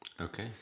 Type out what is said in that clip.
Okay